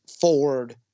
forward